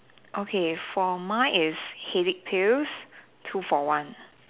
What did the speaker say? okay for mine is headache pills two for one